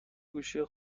گوشی